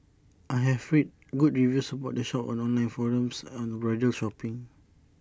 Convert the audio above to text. I have read good reviews about the shop on online forums on bridal shopping